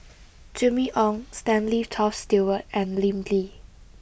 Jimmy Ong Stanley Toft Stewart and Lim Lee